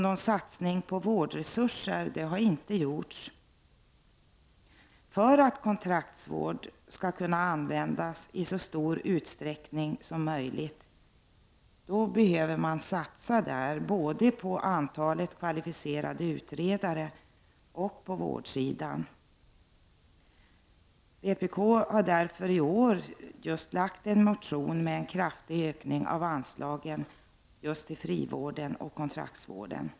Någon satsning på vårdresurser har inte heller gjorts. För att kontraktsvård skall kunna användas i så stor utsträckning som möjligt behöver man satsa både på kvalificerade utredare och på vårdsidan. Vpk har därför i år väckt en motion, som går ut på en kraftig ökning av anslagen just till frivården och kontraktsvården.